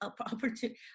opportunity